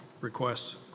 request